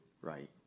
right